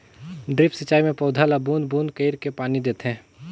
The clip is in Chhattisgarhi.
ड्रिप सिंचई मे पउधा ल बूंद बूंद कईर के पानी देथे